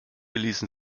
ließen